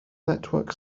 network